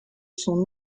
son